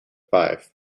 five